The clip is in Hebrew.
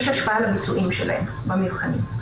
יש השפעה על הביצועים שלהם במבחנים.